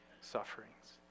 sufferings